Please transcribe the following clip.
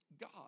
God